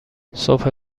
صبح